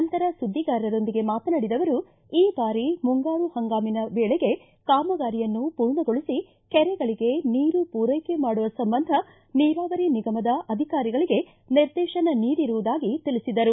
ನಂತರ ಸುದ್ದಿಗಾರರೊಂದಿಗೆ ಮಾತನಾಡಿದ ಅವರು ಈ ಬಾರಿ ಮುಂಗಾರ ಹಂಗಾಮಿನ ವೇಳೆಗೆ ಕಾಮಗಾರಿಯನ್ನು ಪೂರ್ಣಗೊಳಿಸಿ ಕೆರೆಗಳಿಗೆ ನೀರು ಪೂರೈಕೆ ಮಾಡುವ ಸಂಬಂಧ ನೀರಾವರಿ ನಿಗಮದ ಅಧಿಕಾರಿಗಳಿಗೆ ನಿರ್ದೇಶನ ನೀಡಿರುವುದಾಗಿ ತಿಳಿಸಿದರು